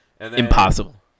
Impossible